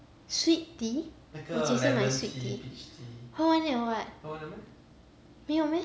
sweet tea 我几时买 sweet tea 喝完 liao [what] 没有 meh